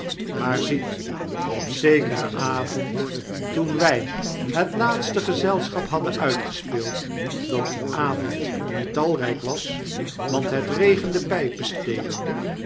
maar ziet op zekeren avond toen wy het laatste gezelschap hadden uitgespeeld dat dien avond niettalrijk was want het regende